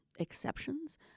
exceptions